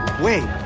wait.